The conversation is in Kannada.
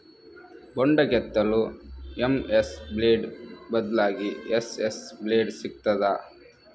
ಬೊಂಡ ಕೆತ್ತಲು ಎಂ.ಎಸ್ ಬ್ಲೇಡ್ ಬದ್ಲಾಗಿ ಎಸ್.ಎಸ್ ಬ್ಲೇಡ್ ಸಿಕ್ತಾದ?